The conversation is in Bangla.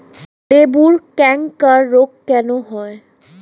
লেবুর ক্যাংকার রোগ কেন হয়?